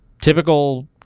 Typical